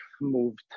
moved